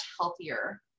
healthier